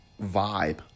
vibe